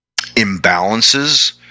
imbalances